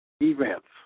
Events